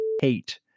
hate